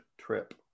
trip